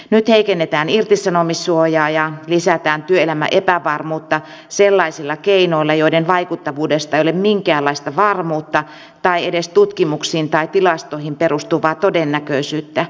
nyt heikennetään irtisanomissuojaa ja lisätään työelämän epävarmuutta sellaisilla keinoilla joiden vaikuttavuudesta ei ole minkäänlaista varmuutta tai edes tutkimuksiin tai tilastoihin perustuvaa todennäköisyyttä